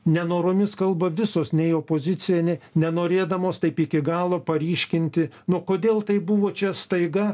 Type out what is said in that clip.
nenoromis kalba visos nei opozicija ne nenorėdamos taip iki galo paryškinti no kodėl taip buvo čia staiga